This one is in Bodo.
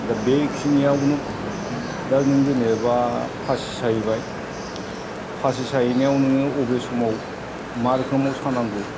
दा बेखिनियावनो दा नों जेनेबा फासि साहैबाय फासि साहैनायाव नोङो बबे समाव मा रोखोमाव सानांगौ